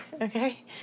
Okay